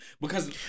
because-